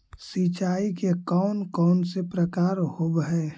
सिंचाई के कौन कौन से प्रकार होब्है?